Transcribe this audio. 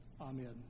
Amen